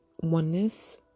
oneness